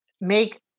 make